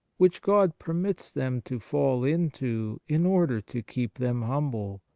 which god permits them to fall into in order to keep them humble,